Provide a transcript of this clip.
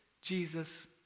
Jesus